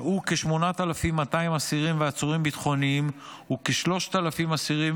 שהו כ-8,200 אסירים ועצורים ביטחוניים וכ-3,000 אסירים